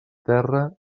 terra